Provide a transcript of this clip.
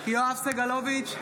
יואב סגלוביץ'